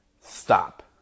Stop